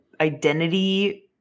identity